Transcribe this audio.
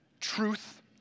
truth